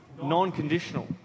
non-conditional